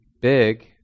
big